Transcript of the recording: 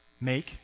Make